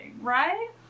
right